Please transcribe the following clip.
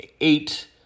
eight